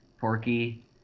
porky